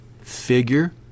figure